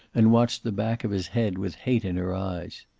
and watched the back of his head with hate in her eyes.